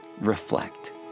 Reflect